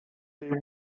des